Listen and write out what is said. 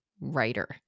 writer